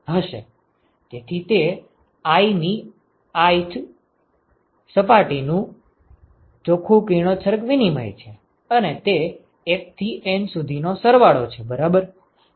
તેથી તે i મી સપાટીનું ચોખ્ખું કિરણોત્સર્ગ વિનિમય છે અને તે 1 થી N સુધીનો સરવાળો છે બરાબર